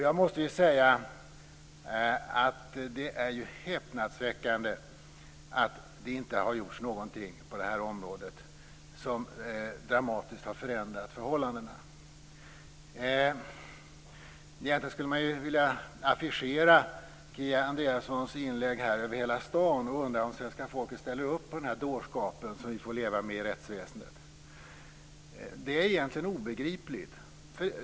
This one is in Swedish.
Jag måste säga att det är häpnadsväckande att det inte har gjorts någonting på det här området som dramatiskt förändrat förhållandena. Egentligen skulle jag vilja affischera Kia Andreassons inlägg här över hela stan och fråga om svenska folket ställer upp på den här dårskapen som vi får leva med i rättsväsendet - detta är obegripligt.